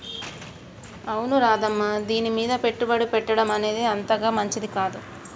అవును రాధమ్మ దీనిమీద పెట్టుబడి పెట్టడం అనేది అంతగా మంచిది కాదు